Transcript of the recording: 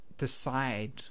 Decide